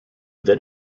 that